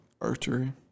Archery